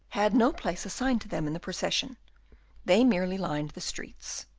had no place assigned to them in the procession they merely lined the streets.